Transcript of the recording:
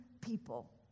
people